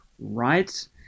right